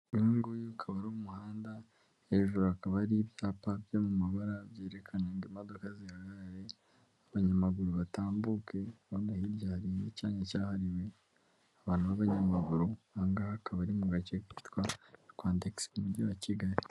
Uyu nguyu ukaba ari umuhanda hejuru hakaba hari ibyapa byo mu mabara byerekana ngo imodoka zihagarare abanyamaguru batambuke, hano hirya hari icyanya cyahariwe abantu b'abanyamaguru ahangaha akaba ari mu gace kitwa rwandegisi mum'umujyi wa kigali.